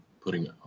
putting